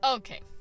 Okay